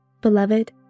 Beloved